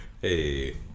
Hey